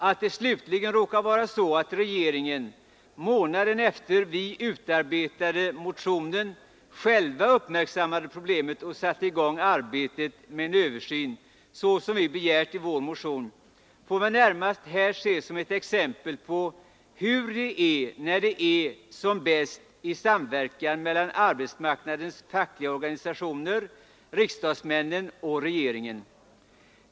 Att det slutligen råkar vara så att regeringen månaden efter att vi arbetade ut motionen själv uppmärksammade problemen och satte i gång arbetet med en översyn så som vi begärt i vår motion, får väl närmast här ses som ett exempel på hur det är när det är som bäst i samverkan mellan arbetsmarknadens fackliga organisationer, riksdagsmännen och regeringen.